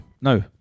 No